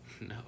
No